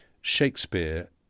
Shakespeare